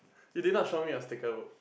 you did not show me a sticker book